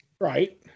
Right